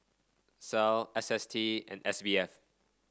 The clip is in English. SAL S S T and S B F